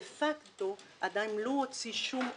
דה-פקטו עדין הוא לא הוציא שום הוראה,